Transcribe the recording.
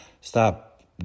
stop